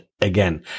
again